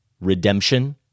redemption